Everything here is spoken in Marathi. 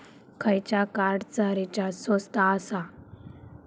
खयच्या कार्डचा रिचार्ज स्वस्त आसा?